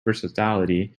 versatility